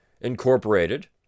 incorporated